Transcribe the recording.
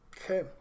Okay